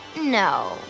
no